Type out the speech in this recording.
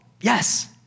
yes